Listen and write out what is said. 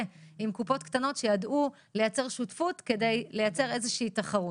עם קופות קטנות שידעו לייצר שותפות כדי לייצר איזו שהיא תחרות.